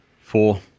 Four